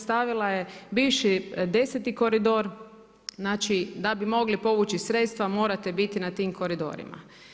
Stavila je bivši 10 koridor, znači da bi mogli povući sredstva, morate biti na tim koridorima.